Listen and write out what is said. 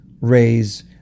raise